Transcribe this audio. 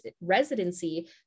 residency